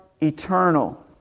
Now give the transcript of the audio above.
eternal